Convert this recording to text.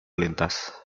lintas